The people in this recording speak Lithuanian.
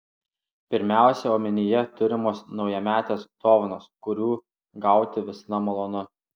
pirmiausia omenyje turimos naujametės dovanos kurių gauti visada malonu